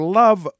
love